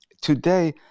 today